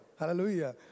Hallelujah